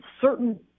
certain